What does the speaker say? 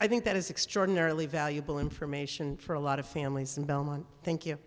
i think that is extraordinarily valuable information for a lot of families in belmont thank you